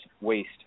waste